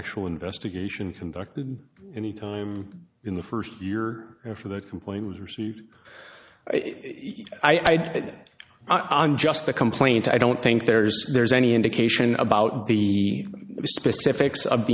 actual investigation conducted any time in the first year or for the complaint was received i put on just the complaint i don't think there's there's any indication about the specifics of